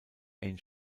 ain